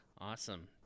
Awesome